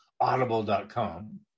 Audible.com